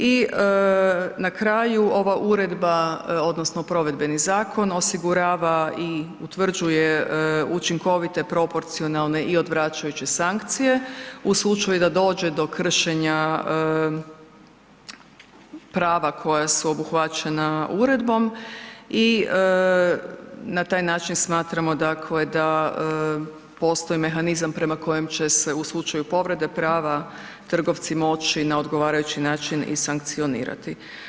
I na kraju, ova uredba odnosno provedbeni zakon osigurava i utvrđuje učinkovite proporcionalne i odvraćajuće sankcije u slučaju da dođe do kršenja prava koja su obuhvaćena uredbom i na taj način smatramo da postoji mehanizam prema kojem će se u slučaju povrede prava trgovci moći na odgovarajući način i sankcionirati.